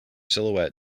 silhouette